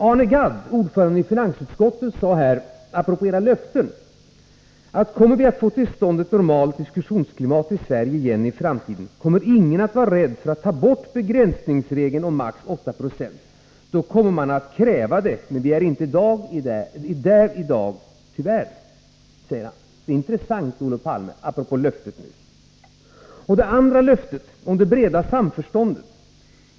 Arne Gadd, ordförande i finansutskottet, sade apropå era löften, att om vi kommer att få till stånd ett normalt diskussionsklimat i Sverige igen i framtiden kommer ingen att vara rädd för att ta bort begränsningsregeln om max 8 90, då kommer man att kräva det. Men vi är tyvärr inte där i dag, sade han. Det är intressant, Olof Palme, apropå löftet nyss. Det andra löftet gällde det breda samförståndet.